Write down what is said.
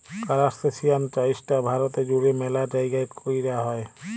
কারাস্তাসিয়ান চাইশটা ভারতে জুইড়ে ম্যালা জাইগাই কৈরা হই